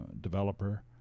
developer